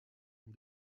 ont